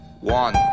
One